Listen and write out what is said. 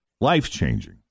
life-changing